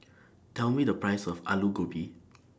Tell Me The Price of Alu Gobi